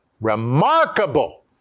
remarkable